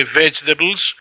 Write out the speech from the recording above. vegetables